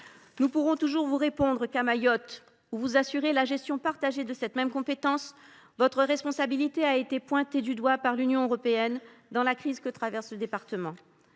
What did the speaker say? nous pourrons toujours vous répondre qu’à Mayotte, où vous assurez la gestion partagée de cette même compétence, votre responsabilité a été pointée du doigt par l’Union européenne dans la crise que traverse le département.